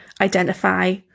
identify